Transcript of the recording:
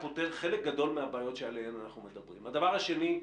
הדבר השני: